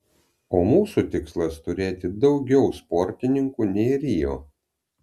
o mūsų tikslas turėti daugiau sportininkų nei rio